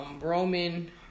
Roman